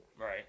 right